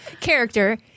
character